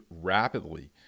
rapidly